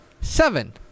seven